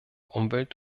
umwelt